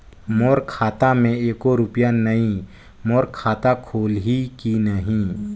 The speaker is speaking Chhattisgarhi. मोर खाता मे एको रुपिया नइ, मोर खाता खोलिहो की नहीं?